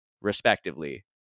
respectively